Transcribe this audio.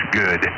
good